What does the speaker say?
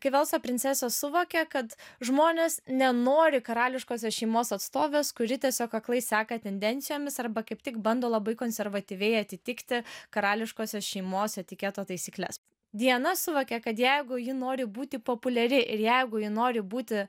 kai velso princesė suvokė kad žmonės nenori karališkosios šeimos atstovės kuri tiesiog aklai seka tendencijomis arba kaip tik bando labai konservatyviai atitikti karališkosios šeimos etiketo taisykles diana suvokė kad jeigu ji nori būti populiari ir jeigu ji nori būti